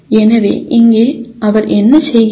எனவே இங்கே அவர் என்ன செய்கிறார்